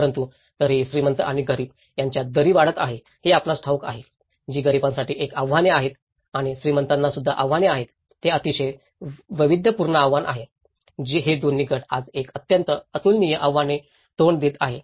परंतु तरीही श्रीमंत आणि गरीब यांच्यात दरी वाढत आहे हे आपणास ठाऊक आहे की गरिबांसाठी एक आव्हाने आहेत आणि श्रीमंतांनासुद्धा आव्हाने आहेत हे एक अतिशय वैविध्यपूर्ण आव्हान आहे हे दोन्ही गट आज एक अत्यंत अतुलनीय आव्हाने तोंड देत आहेत